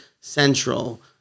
Central